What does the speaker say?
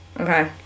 Okay